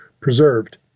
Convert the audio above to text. preserved